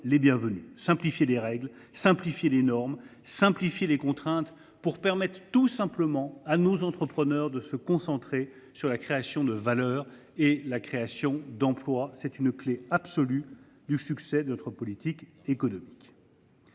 les bienvenues. Simplifier les règles, simplifier les normes, simplifier les contraintes pour permettre à nos entrepreneurs de tout simplement se concentrer sur la création de valeur et la création d’emplois : c’est la clé absolue du succès de notre politique économique.